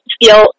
feel